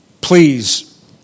Please